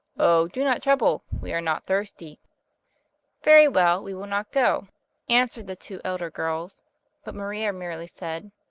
oh, do not trouble we are not thirsty very well, we will not go answered the two elder girls but maria merely said,